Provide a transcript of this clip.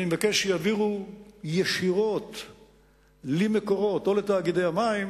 אני מבקש שיעבירו ישירות ל"מקורות" או לתאגידי המים